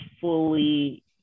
fully